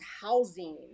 housing